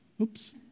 Oops